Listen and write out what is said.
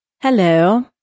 Hello